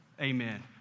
Amen